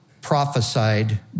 prophesied